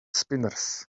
spinners